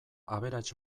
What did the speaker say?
aberats